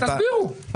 תסבירו.